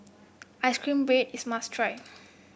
ice cream bread is a must try